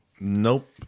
nope